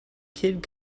kid